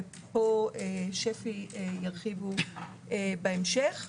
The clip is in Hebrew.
ושפ"י ירחיבו פה בהמשך.